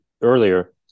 earlier